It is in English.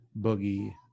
boogie